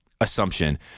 assumption